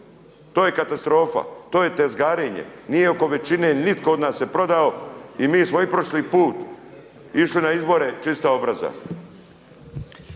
to je katastrofa, to je tezgarenje. Nije oko većine nitko od nas se prodao i mi smo i prošli put išli na izbore čista obraza.